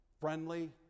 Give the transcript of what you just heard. friendly